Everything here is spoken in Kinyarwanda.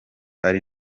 ari